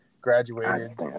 graduated